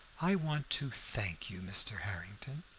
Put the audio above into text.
i want to thank you, mr. harrington,